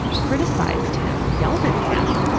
criticized him. yelled at him.